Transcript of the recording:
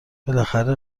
بالاخره